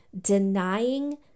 Denying